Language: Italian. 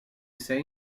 sei